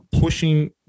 pushing